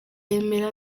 yemera